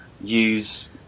use